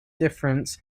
difference